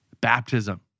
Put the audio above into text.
Baptism